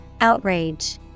Outrage